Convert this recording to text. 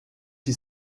qui